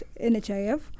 nhif